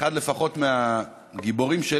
אחד הגיבורים,